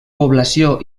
població